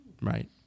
right